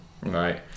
Right